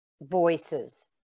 voices